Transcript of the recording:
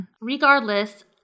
Regardless